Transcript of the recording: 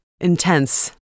Intense